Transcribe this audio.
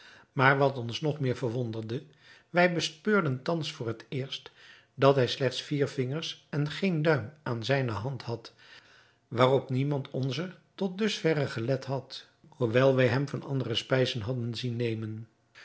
maar wat ons nog meer verwonderde wij bespeurden thans voor het eerst dat hij slechts vier vingers en geen duim aan zijne hand had waarop niemand onzer tot dus verre gelet had hoewel wij hem van andere spijzen hadden zien nemen